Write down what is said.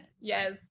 yes